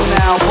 now